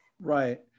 Right